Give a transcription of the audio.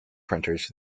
printers